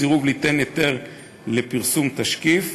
סירוב ליתן היתר לפרסום תשקיף,